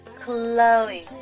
Chloe